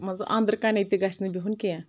مان ژٕ اندرٕ کنے تہِ گژھِ نہٕ بہُن کیٚنٛہہ